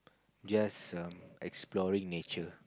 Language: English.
just um exploring nature